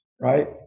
right